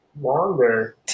Longer